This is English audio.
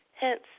hence